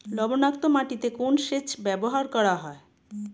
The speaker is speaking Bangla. লবণাক্ত মাটিতে কোন সেচ ব্যবহার করা হয়?